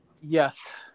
Yes